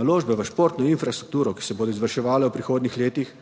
Naložbe v športno infrastrukturo, ki se bodo izvrševale v prihodnjih letih,